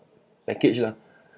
package lah